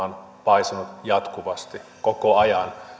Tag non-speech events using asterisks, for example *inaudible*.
*unintelligible* on paisunut jatkuvasti koko ajan